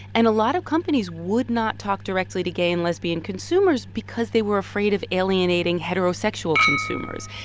and a lot of companies would not talk directly to gay and lesbian consumers because they were afraid of alienating heterosexual consumers.